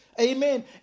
Amen